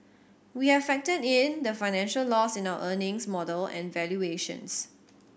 we have factored in the financial loss in our earnings model and valuations